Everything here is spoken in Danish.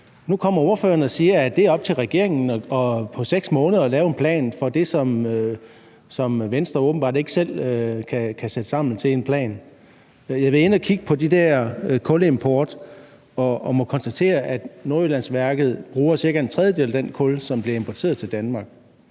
Nu kommer ordføreren og siger, at det er op til regeringen på 6 måneder at lave en plan for det, som Venstre åbenbart ikke selv kan sætte sammen til en plan. Jeg har været inde at kigge på kulimport og må konstatere, at Nordjyllandsværket bruger cirka en tredjedel af den kul, som bliver importeret til Danmark.